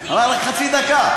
הוא, אבל רק חצי דקה.